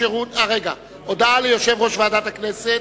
הודעה ליושב-ראש ועדת הכנסת.